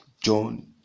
John